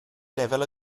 lefel